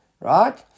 Right